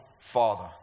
father